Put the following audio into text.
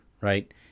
right